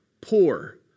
poor